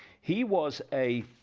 he was a